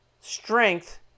Strength